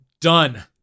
Done